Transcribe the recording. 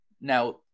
now